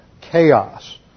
chaos